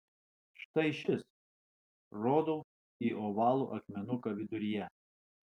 štai šis rodau į ovalų akmenuką viduryje